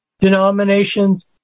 denominations